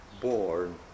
born